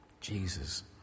Jesus